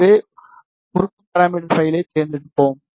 எனவே உறுப்பு பாராமீட்டர் பைலைக் தேர்ந்தெடுப்போம்